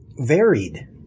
varied